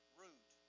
root